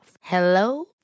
hello